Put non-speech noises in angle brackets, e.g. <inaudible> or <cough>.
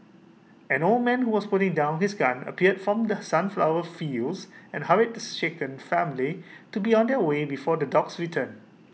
an old man who was putting down his gun appeared from the sunflower fields and hurried the <hesitation> shaken family to be on their way before the dogs return